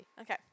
Okay